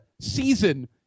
season